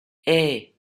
hey